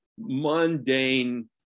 mundane